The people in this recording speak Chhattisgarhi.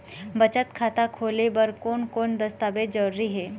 बचत खाता खोले बर कोन कोन दस्तावेज जरूरी हे?